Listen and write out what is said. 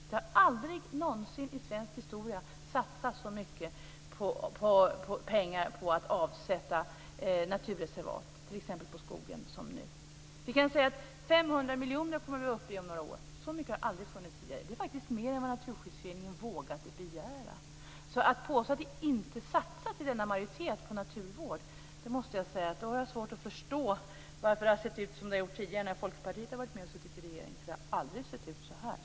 Det har aldrig någonsin i svensk historia satsats så mycket pengar på att avsätta naturreservat, t.ex. på skogen, som nu. 500 miljoner kommer vi upp i om några år. Så mycket har det aldrig funnits tidigare. Det är faktiskt mer än vad Naturskyddsföreningen vågade begära. Att påstå att denna majoritet inte satsar på naturvård är fel. Jag måste säga att jag i så fall har svårt att förstå varför det har sett ut som det har gjort tidigare, när Folkpartiet har varit med i regering. Det har aldrig sett ut så här.